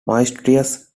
mysterious